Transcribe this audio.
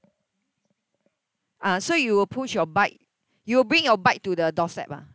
ah so you will push your bike you will bring your bike to the doorstep ah